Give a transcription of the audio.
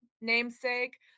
namesake